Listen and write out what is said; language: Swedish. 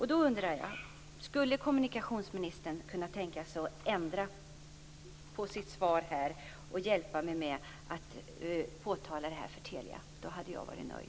Jag undrar alltså: Skulle kommunikationsministern kunna tänka sig att ändra sitt svar här och hjälpa mig med att påtala detta för Telia? I så fall skulle jag vara nöjd.